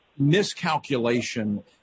miscalculation